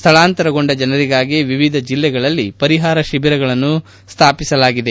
ಸ್ವಳಾಂತರಗೊಂಡ ಜನರಿಗಾಗಿ ವಿವಿಧ ಜಿಲ್ಲೆಗಳಲ್ಲಿ ಪರಿಹಾರ ಶಿಬಿರಗಳನ್ನು ಸ್ಥಾಪಿಸಲಾಗಿದೆ